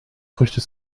früchte